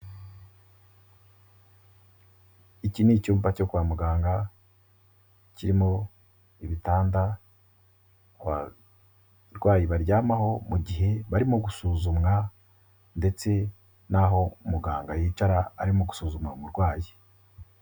Iki ni icyumba cyo kwa muganga kirimo ibitanda abarwayi baryamaho mu gihe barimo gusuzumwa ndetse n'aho muganga yicara arimo gusuzuma umurwayi.